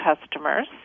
customers